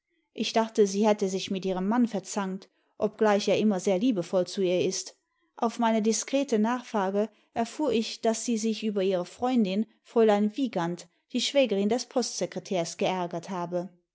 ich dachte sie hätte sich mit ihrem mann verzankt obgleich er inmier sehr liebevoll zu ihr ist auf meine diskrete nachfrage erfuhr ich daß sie sich über ihre freundin fräulein wiegand die schwägerin des postsekretärs geärgert habe